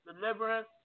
deliverance